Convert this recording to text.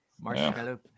Marshmallow